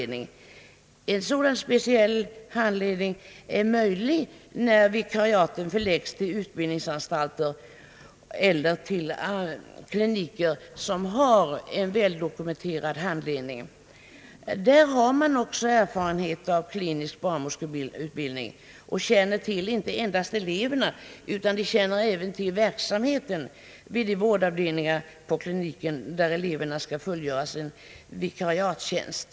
Där har man också erfarenheter av klinisk barnmorskeutbildning och känner till inte enbart eleverna, utan också verksamheten vid de vårdavdelningar på kliniken där eleverna skall fullgöra sin vikariattjänst.